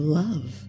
love